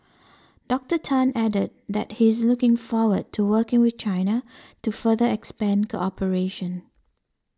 Doctor Tan added that he is looking forward to working with China to further expand cooperation